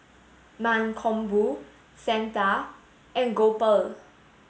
Mankombu Santha and Gopal